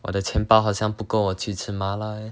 我的钱包好像不够我去吃麻辣 eh